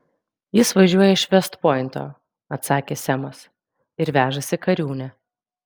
jis važiuoja iš vest pointo atsakė semas ir vežasi kariūnę